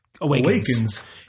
Awakens